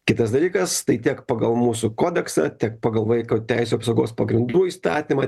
kitas dalykas tai tiek pagal mūsų kodeksą tiek pagal vaiko teisių apsaugos pagrindų įstatymą